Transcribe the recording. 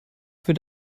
für